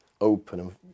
open